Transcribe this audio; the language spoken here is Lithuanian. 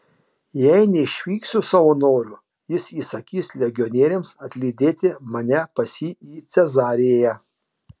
jei neišvyksiu savo noru jis įsakys legionieriams atlydėti mane pas jį į cezarėją